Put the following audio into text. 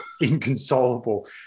inconsolable